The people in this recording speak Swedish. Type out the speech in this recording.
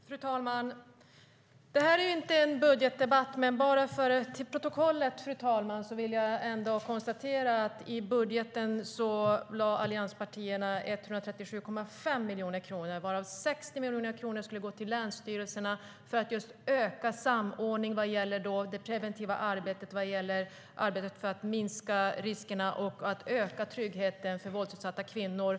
STYLEREF Kantrubrik \* MERGEFORMAT Svar på interpellationerFru talman! Det här är inte en budgetdebatt, men till protokollet vill jag ändå konstatera att i budgeten lade allianspartierna 137,5 miljoner kronor, varav 60 miljoner kronor skulle gå till länsstyrelserna för att just öka samordningen av det preventiva arbetet för att minska riskerna och öka tryggheten för våldsutsatta kvinnor.